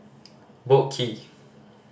Boat Quay